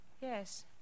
Yes